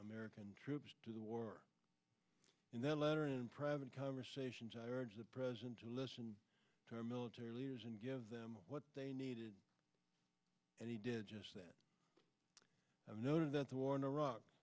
american troops to the war and then later in private conversations i urge the president to listen to our military leaders and give them what they needed and he did just that i noted that the war in iraq